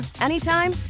anytime